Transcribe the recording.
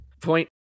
point